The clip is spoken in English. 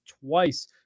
twice